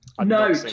No